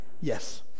yes